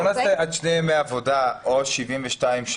אז בואו נעשה עד שני ימי עבודה או 72 שעות,